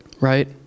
Right